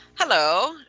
Hello